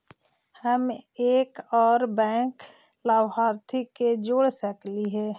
हम एक और बैंक लाभार्थी के जोड़ सकली हे?